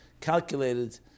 calculated